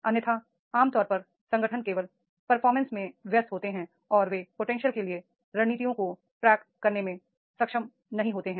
अन्यथा आम तौर पर संगठन केवल परफॉर्मेंस में व्यस्त होते हैं और वे पोटेंशियल के लिए रणनीतियों को ट्रैक करने में सक्षम नहीं होते हैं